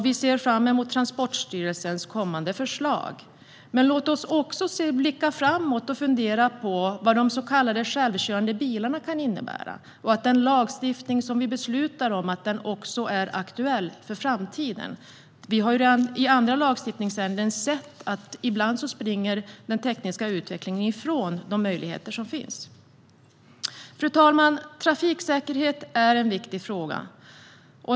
Vi ser fram emot Transportstyrelsens kommande förslag. Men låt oss också blicka framåt och fundera över vad de så kallade självkörande bilarna kan innebära. Den lagstiftning som vi ska fatta beslut om ska också vara aktuell för framtiden. Vi har redan i andra lagstiftningsärenden sett att den tekniska utvecklingen ibland springer ifrån de möjligheter som finns. Fru talman! Trafiksäkerhet är en viktig fråga.